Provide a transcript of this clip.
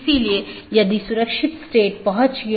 इसलिए उनके बीच सही तालमेल होना चाहिए